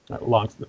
long